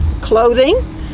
clothing